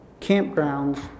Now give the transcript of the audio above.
campgrounds